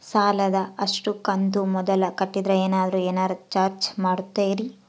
ಸಾಲದ ಅಷ್ಟು ಕಂತು ಮೊದಲ ಕಟ್ಟಿದ್ರ ಏನಾದರೂ ಏನರ ಚಾರ್ಜ್ ಮಾಡುತ್ತೇರಿ?